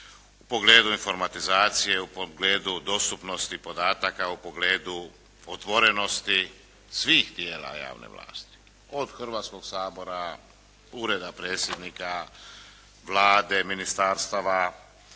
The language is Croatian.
u pogledu informatizacije, u pogledu dostupnosti podataka, u pogledu otvorenosti svih tijela javne vlasti, od Hrvatskog sabora, ureda predsjednika, Vlade, ministarstava.